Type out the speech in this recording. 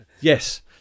Yes